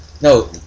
No